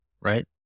right